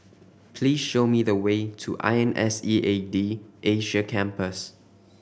please show me the way to I N S E A D Asia Campus